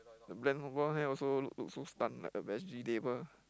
the bland the blonde hair also look look so stunned like a vegetable